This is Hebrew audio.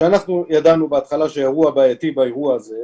כשאנחנו ידענו בהתחלה שהאירוע בעייתי באירוע הזה,